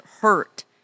hurt